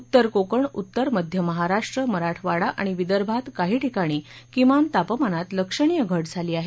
उत्तर कोकण उत्तर मध्य महाराष्ट्र मराठवाडा आणि विदर्भात काही ठिकाणी किमान तापमानात लक्षणीय घट झाली आहे